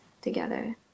together